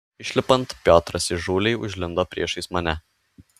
išlipant piotras įžūliai užlindo priešais mane